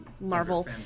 Marvel